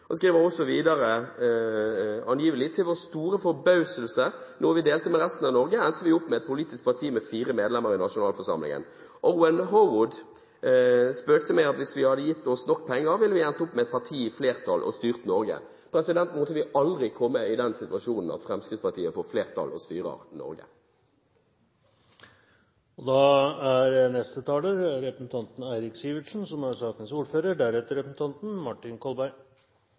Han skriver også videre, angivelig: «Til vår store forbauselse – noe vi delte med resten av Norge – endte vi opp med et politisk parti med fire medlemmer i nasjonalforsamlingen. Owen Horwood spøkte med at hvis de hadde gitt meg nok penger ville vi ha endt opp med et parti i flertall og styrt Norge.» Måtte vi aldri komme i den situasjonen at Fremskrittspartiet får flertall og styrer